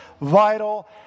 vital